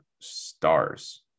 stars